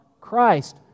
Christ